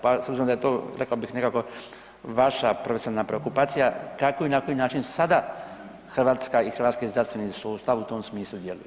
Pa s obzirom da je to rekao bih nekako vaša profesionalna preokupacija kako i na koji način sada Hrvatska i hrvatski zdravstveni sustav u tom smislu djeluje.